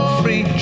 free